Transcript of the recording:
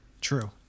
True